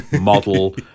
model